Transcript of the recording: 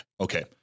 Okay